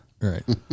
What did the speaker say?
Right